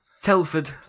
Telford